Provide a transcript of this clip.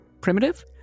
primitive